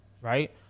right